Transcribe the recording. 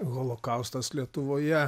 holokaustas lietuvoje